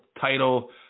title